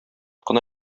кына